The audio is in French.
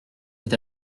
est